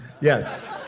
Yes